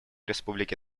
республики